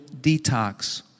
detox